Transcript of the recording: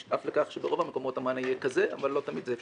נשאף לכך שברוב המקומות המענה יהיה כזה אבל לא תמיד זה אפשרי.